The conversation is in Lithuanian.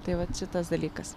tai vat šitas dalykas